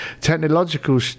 Technological